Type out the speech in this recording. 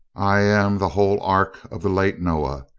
i am the whole ark of the late noah.